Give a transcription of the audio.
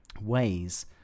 ways